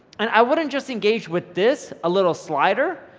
and i wouldn't just engage with this a little slider,